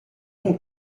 bon